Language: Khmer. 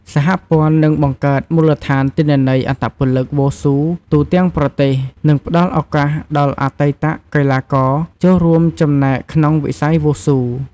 សហព័ន្ធនឹងបង្កើតមូលដ្ឋានទិន្នន័យអត្តពលិកវ៉ូស៊ូទូទាំងប្រទេសនឹងផ្ដល់ឱកាសដល់អតីតកីឡាករចូលរួមចំណែកក្នុងវិស័យវ៉ូស៊ូ។